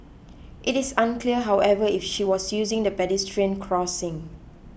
it is unclear however if she was using the pedestrian crossing